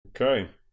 Okay